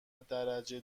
درجه